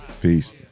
Peace